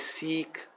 seek